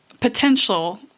potential